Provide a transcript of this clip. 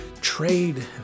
trade